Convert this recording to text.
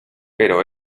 pero